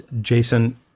Jason